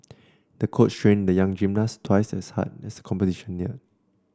the coach trained the young gymnast twice as hard as the competition neared